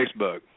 Facebook